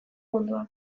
munduan